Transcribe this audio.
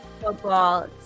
football